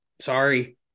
sorry